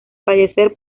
fallecer